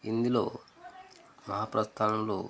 ఇందులో మహాప్రస్థానంలో